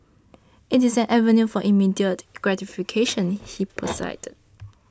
it is an avenue for immediate gratification he posited